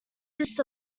this